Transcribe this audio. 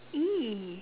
!ee!